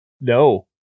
No